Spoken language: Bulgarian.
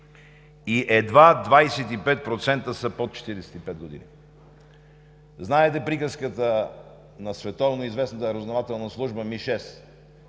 и едва 25% са под 45 години. Знаете приказката на световноизвестната разузнавателна служба МИ-6,